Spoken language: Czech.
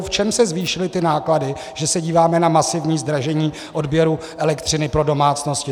V čem se zvýšily ty náklady, že se díváme na masivní zdražení odběru elektřiny pro domácnosti.